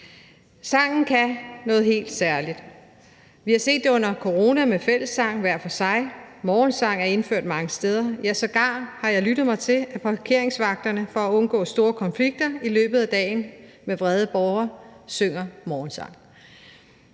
Sangen kan noget helt særligt. Vi har set det under corona med »Fællessang – hver for sig«, morgensang er indført mange steder, ja, jeg har sågar lyttet mig til, at parkeringsvagter for at undgå store konflikter med vrede borgere i løbet af dagen synger morgensang.